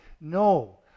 No